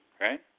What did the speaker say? right